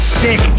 sick